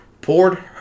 Poured